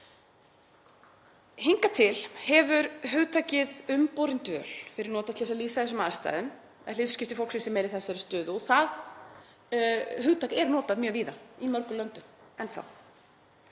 Hingað til hefur hugtakið „umborin dvöl“ verið notað til að lýsa þessum aðstæðum, hlutskipti fólksins sem er í þessari stöðu og það hugtak er notað mjög víða í mörgum löndum enn þá.